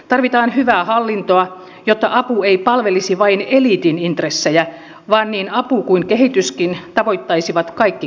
tarvitaan hyvää hallintoa jotta apu ei palvelisi vain eliitin intressejä vaan niin apu kuin kehityskin tavoittaisivat kaikki kansalaiset